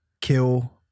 kill